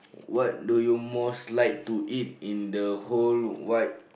what do you most like to eat in the whole wide